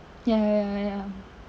ya ya ya ya